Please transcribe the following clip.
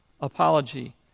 apology